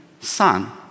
son